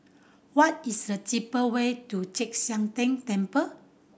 what is the cheap way to Chek Sian Tng Temple